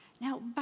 Now